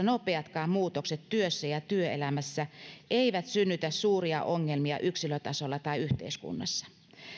nopeatkaan muutokset työssä ja työelämässä eivät synnytä suuria ongelmia yksilötasolla tai yhteiskunnassa